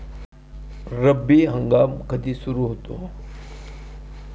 रब्बी हंगाम कधी सुरू होतो?